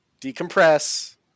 decompress